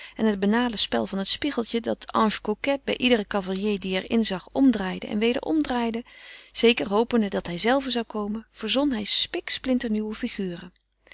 en het banale spel van het spiegeltje dat ange coquet bij iederen cavalier die er inzag omdraaide en weder omdraaide zeker hopende dat hijzelve zou komen verzon hij spiksplinternieuwe figuren